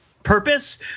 purpose